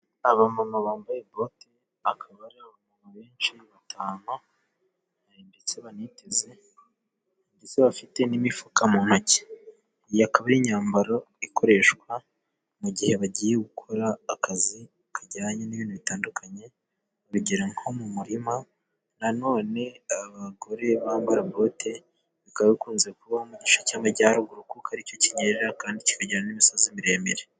Aba mama bambaye boti, bakaba ari abantu benshi, batanu, ndetse baniteze, ndetse bafite n'imifuka mu ntoki, iyi akaba ari imyambaro ikoreshwa mu gihe bagiye gukora akazi kajyanye n'ibintu bitandukanye, urugero nko mu murima, nanone abagore bambara boti bikaba bikunze kuba mugice cy'amajyaruguru, kuko aricyo kinyerera, kandi kikagira n'imisozi miremire.